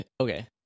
okay